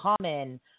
common